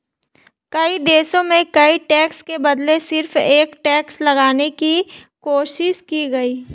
कई देशों में कई टैक्स के बदले सिर्फ एक टैक्स लगाने की कोशिश की गयी